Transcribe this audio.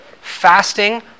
fasting